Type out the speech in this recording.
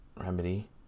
Remedy